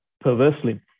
perversely